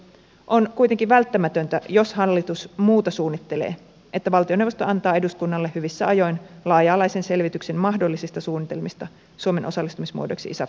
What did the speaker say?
on kuitenkin välttämätöntä jos hallitus muuta suunnittelee että valtioneuvosto antaa eduskunnalle hyvissä ajoin laaja alaisen selvityksen mahdollisista suunnitelmista suomen osallistumismuodoiksi isaf seuraajaoperaatiossa